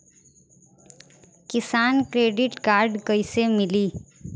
किसान credit card कइसे मिली?